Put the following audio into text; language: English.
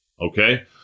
okay